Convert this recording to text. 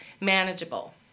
manageable